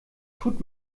tut